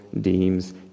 deems